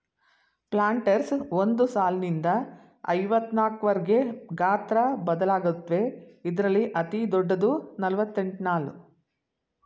planters ಒಂದ್ ಸಾಲ್ನಿಂದ ಐವತ್ನಾಕ್ವರ್ಗೆ ಗಾತ್ರ ಬದಲಾಗತ್ವೆ ಇದ್ರಲ್ಲಿ ಅತಿದೊಡ್ಡದು ನಲವತ್ತೆಂಟ್ಸಾಲು